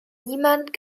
niemand